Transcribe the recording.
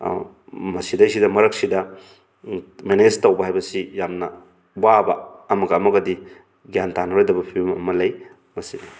ꯃꯁꯤꯗꯩꯁꯤꯗ ꯃꯔꯛꯁꯤꯗ ꯃꯦꯅꯦꯖ ꯇꯧꯕ ꯍꯥꯏꯕꯁꯤ ꯌꯥꯝꯅ ꯋꯥꯕ ꯑꯃꯒ ꯑꯃꯒꯗꯤ ꯒ꯭ꯌꯥꯟ ꯇꯥꯅꯔꯣꯏꯗꯕ ꯐꯤꯕꯝ ꯑꯃ ꯂꯩ ꯃꯁꯤ